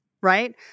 right